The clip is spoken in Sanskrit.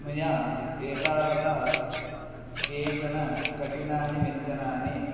मया एतावता केचन कठिनानि व्यञ्जनानि